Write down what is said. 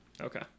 Okay